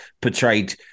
portrayed